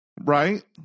Right